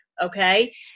Okay